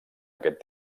aquest